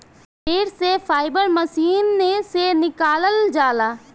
पेड़ से fibre machine से निकालल जाला